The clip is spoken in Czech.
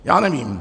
Já nevím.